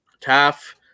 Taff